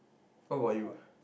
what about you